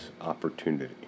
opportunity